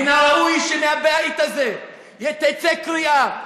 מן הראוי שמן הבית הזה תצא קריאה,